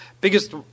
biggest